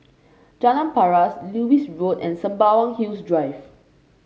Jalan Paras Lewis Road and Sembawang Hills Drive